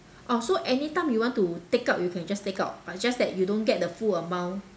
oh so anytime you want to take out you can just take out but just that you don't get the full amount